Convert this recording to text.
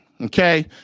Okay